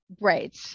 Right